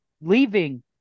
leaving